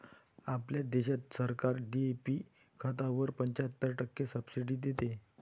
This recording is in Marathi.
आपल्या देशात सरकार डी.ए.पी खतावर पंच्याहत्तर टक्के सब्सिडी देते